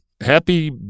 Happy